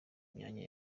imyanya